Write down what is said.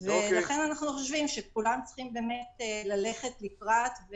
ולכן אנחנו חושבים שכולם צריכים ללכת לקראת,